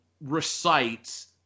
recites